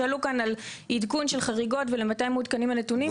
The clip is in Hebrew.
שאלו כאן על עדכון של חריגות ולמתי מעודכנים הנתונים,